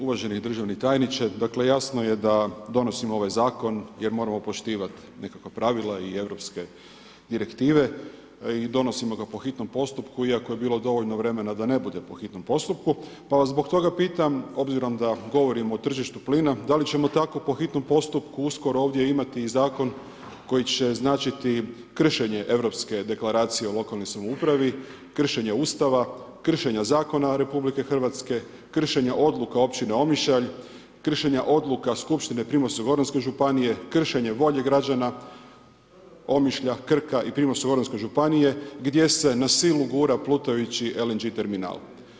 Uvaženi državni tajniče, dakle jasno je da donosimo ovaj zakon jer moramo poštivati nekakva pravila i europske direktive i donosimo ga po hitnom postupku iako je bilo dovoljno vremena da ne bude po hitnom postupku, pa vas zbog toga pitam obzirom da govorim o tržištu plina, da li ćemo tako po hitnom postupku uskoro ovdje imati i zakon koji će značiti kršenje Europske deklaracije o lokalnoj samoupravi, kršenje Ustava, kršenje zakona RH, kršenja odluka općine Omišalj, kršenje odluka skupštine Primorsko-goranske županije, kršenje volje građana Omišlja, Krka i Primorsko-goranske županije gdje se na silu gura plutajući LNG terminal?